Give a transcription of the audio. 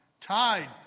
tied